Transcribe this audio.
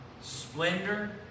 splendor